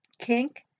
kink